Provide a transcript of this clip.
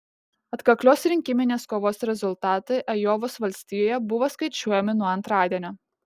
atkaklios rinkiminės kovos rezultatai ajovos valstijoje buvo skaičiuojami nuo antradienio